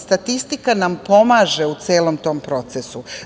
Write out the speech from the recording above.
Statistika nam pomaže u celom tom procesu.